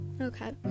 Okay